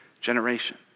generation